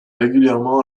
régulièrement